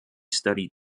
studied